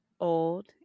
old